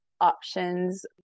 options